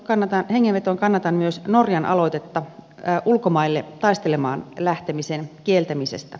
samaan hengenvetoon kannatan myös norjan aloitetta ulkomaille taistelemaan lähtemisen kieltämisestä